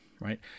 right